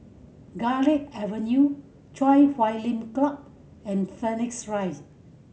Garlick Avenue Chui Huay Lim Club and Phoenix Rise